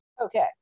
Okay